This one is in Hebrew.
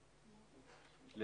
לי